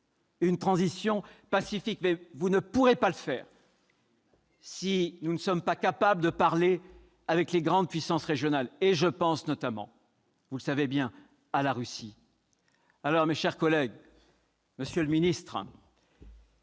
une transition pacifique et inclusive. Vous ne pourrez pas le faire si nous ne sommes pas capables de parler avec les grandes puissances régionales, en particulier, vous le savez bien, avec la Russie. Mes chers collègues, monsieur le ministre,